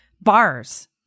bars